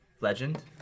Legend